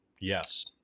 yes